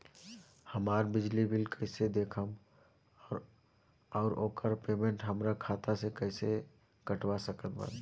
हमार बिजली बिल कईसे देखेमऔर आउर ओकर पेमेंट हमरा खाता से कईसे कटवा सकत बानी?